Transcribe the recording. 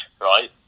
right